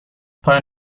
پایان